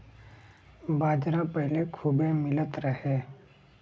बाजरा पहिले खूबे मिलत रहे